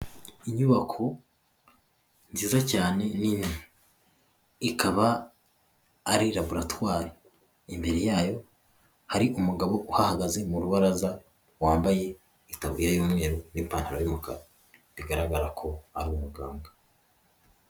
Inyubako nziza cyane nini ikaba ari laboratware imbere yayo hari umugabo uhagaze mu rubaraza wambaye ikabu y'umweru n'ipantaro y'umukara bigaragara ko ari umuganga.